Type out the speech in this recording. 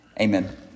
Amen